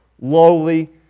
lowly